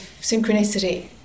synchronicity